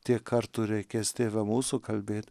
tiek kartų reikės tėve mūsų kalbėt